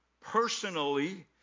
personally